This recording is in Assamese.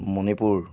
মণিপুৰ